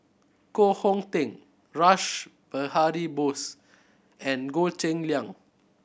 Koh Hong Teng Rash Behari Bose and Goh Cheng Liang